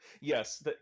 Yes